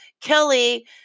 Kelly